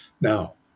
Now